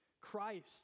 Christ